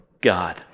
God